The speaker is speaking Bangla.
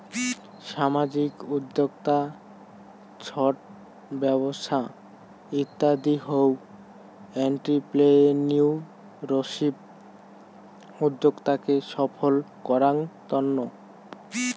সামাজিক উদ্যক্তা, ছট ব্যবছা ইত্যাদি হউ এন্ট্রিপ্রেনিউরশিপ উদ্যোক্তাকে সফল করাঙ তন্ন